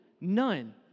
none